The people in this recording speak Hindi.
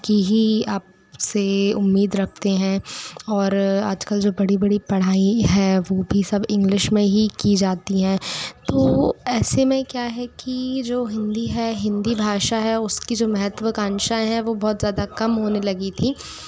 की ही आपसे उम्मीद रखते हैं और आजकल जो बड़ी बड़ी पढ़ाई है वह भी सब इंग्लिश में ही की जाती हैं तो ऐसे में क्या है कि जो हिन्दी है हिन्दी भाषा है उसकी जो महत्वकांक्षाऍं हैं वह बहुत ज़्यादा कम होने लगी थी